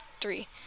three